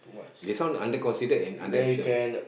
they sound under considered in under action